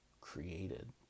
created